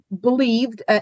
believed